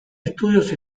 estudios